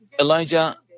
Elijah